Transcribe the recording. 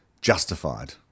justified